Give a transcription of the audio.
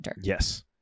Yes